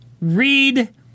read